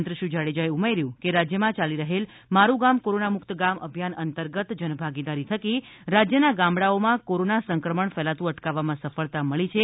મંત્રી શ્રી જાડેજાએ ઉમેર્યું કે રાજ્યમાં ચાલી રહેલ મારુ ગામ કોરોના મુક્ત ગામ અભિયાન અંતર્ગત જનભાગીદારી થકી રાજ્યના ગામડાઓમાં કોરોના સંક્રમણ ફેલાતુ અટકાવવામાં સફળતા મળી છે